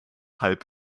halb